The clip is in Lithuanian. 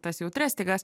tas jautrias stygas